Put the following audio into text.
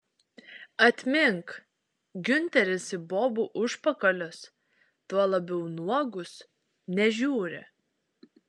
atmink giunteris į bobų užpakalius tuo labiau nuogus nežiūri